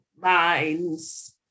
lines